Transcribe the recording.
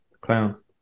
Clown